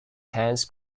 hans